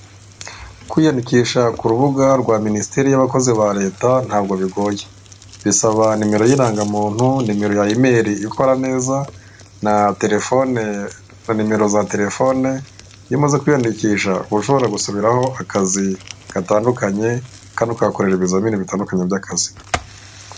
Kwiyandikisha ku rubuga rwa minisiteri y'abakozi ba Leta ntabwo bigoye. Bisaba nimero y'irangamuntu, nimero ya imeli ikora neza, na telefone, na nimero za telefone, iyo umaze kwiyandikisha, uba ushobora gusabiraho akazi gatandukanye, kandi ukahakorera Ibizamini bitandukanye by'akazi.